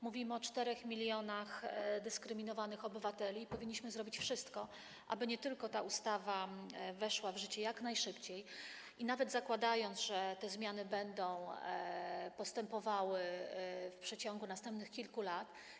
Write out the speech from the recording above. Mówimy o 4 mln dyskryminowanych obywateli i powinniśmy zrobić wszystko, aby nie tylko ta ustawa weszła w życie jak najszybciej, nawet zakładając, że te zmiany będą postępowały w ciągu następnych kilku lat.